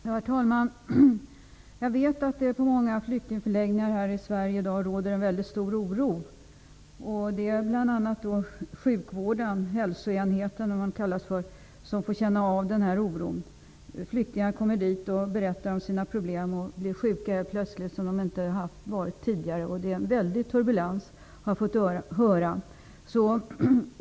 Herr talman! Jag vet att det på många flyktingförläggningar i Sverige i dag råder mycket stor oro. Det är bl.a. hälso och sjukvårdsenheterna som får känna av oron. Flyktingar kommer dit och berättar om sina problem, och de blir helt plötsligt sjuka. Det är en väldig turbulens.